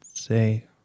say